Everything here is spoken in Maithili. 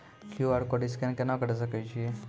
क्यू.आर कोड स्कैन केना करै सकय छियै?